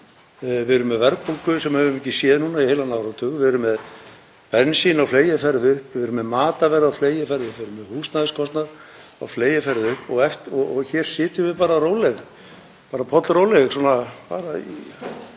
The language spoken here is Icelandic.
Við erum með verðbólgu sem við höfum ekki séð núna í heilan áratug. Við erum með bensín á fleygiferð upp, við erum með matarverð á fleygiferð upp, við erum með húsnæðiskostnað á fleygiferð upp. Hér sitjum við bara róleg, bara pollróleg í okkar